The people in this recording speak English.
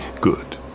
Good